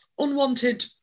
unwanted